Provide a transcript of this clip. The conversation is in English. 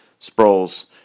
Sproles